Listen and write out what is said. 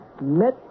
met